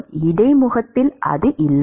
மாணவர் இடைமுகத்தில் அது இல்லை